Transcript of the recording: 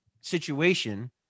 situation